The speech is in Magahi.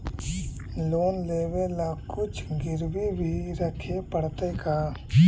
लोन लेबे ल कुछ गिरबी भी रखे पड़तै का?